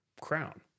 crown